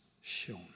shown